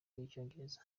y’icyongereza